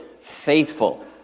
faithful